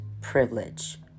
privilege